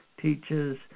teaches